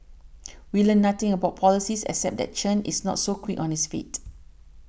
we learnt nothing about policies except that Chen is not so quick on his feet